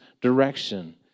direction